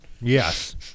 Yes